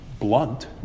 blunt